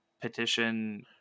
petition